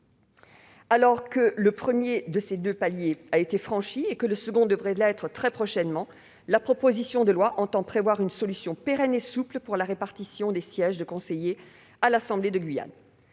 Alors que le premier de ces deux paliers a été franchi et que le second devrait l'être très prochainement, la proposition de loi entend prévoir une solution pérenne et souple pour la répartition des sièges de conseiller à l'assemblée de Guyane.